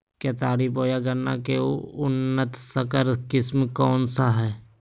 केतारी बोया गन्ना के उन्नत संकर किस्म कौन है?